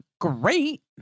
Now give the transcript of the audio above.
great